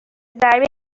ضربه